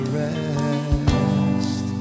rest